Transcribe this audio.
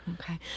Okay